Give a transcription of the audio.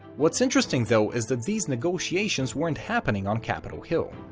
what's interesting though, is that these negotiations weren't happening on capitol hill.